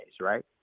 right